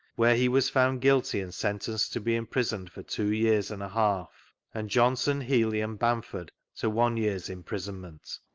where he was found guilty and sentenced to be imprisoned for two years and a half, and johnson, healey, and bamford to one year's imprisonment.